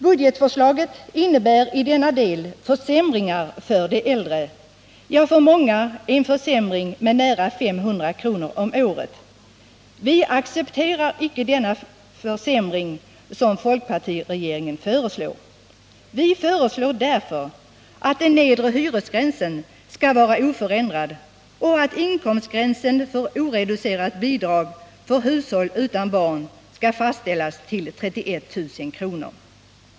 Budgetförslaget innebär i denna del försämringar för de äldre, ja, för många en försämring med nära 500 kr. om året. Vi accepterar inte denna försämring som folkpartiregeringen föreslår. Därför föreslår vi att den nedre hyresgränsen skall vara oförändrad och att inkomstgränsen för oreducerat bidrag för hushåll utan barn skall fastställas till 31 000 kr.